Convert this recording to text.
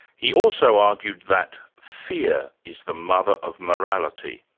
he also argued that fear is the mother of morality.